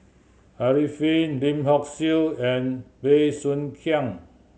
Arifin Lim Hock Siew and Bey Soo Khiang